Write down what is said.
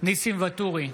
ניסים ואטורי,